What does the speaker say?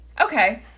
Okay